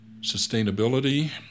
sustainability